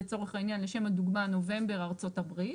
לצורך העניין, לשם הדוגמה, נובמבר ארצות הברית.